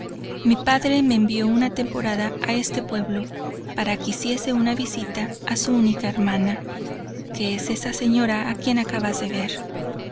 mi padre me envió una temporada a este pueblo para que hiciese una visita a su única hermana que es esa señora a quien acabas de ver